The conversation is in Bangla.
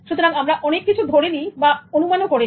সুতরাং আমরা অনেক কিছু ধরে নি বা অনুমান করে নি